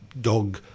dog